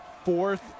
fourth